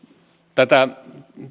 tätä